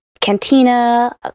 Cantina